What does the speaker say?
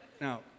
Now